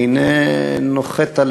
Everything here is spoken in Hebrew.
והנה נוחת,